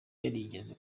yarigeze